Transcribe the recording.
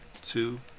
two